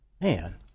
Man